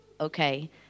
okay